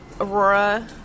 Aurora